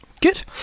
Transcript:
Good